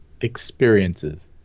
experiences